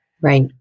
right